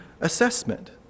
assessment